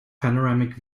panoramic